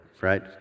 right